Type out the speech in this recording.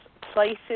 places